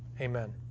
Amen